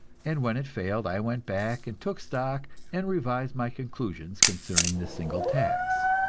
and when it failed i went back and took stock, and revised my conclusions concerning the single tax.